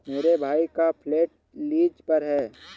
मेरे भाई का फ्लैट लीज पर है